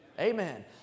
Amen